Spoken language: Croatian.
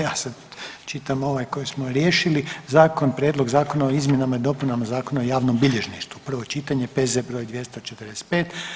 Ja sad čitam ovaj koji smo riješili. - Prijedlog zakona o izmjenama i dopunama Zakona o javnom bilježništvu, prvo čitanje, P.Z. br. 245.